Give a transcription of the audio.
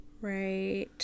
Right